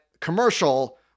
commercial